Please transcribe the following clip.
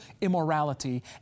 immorality